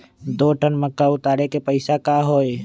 दो टन मक्का उतारे के पैसा का होई?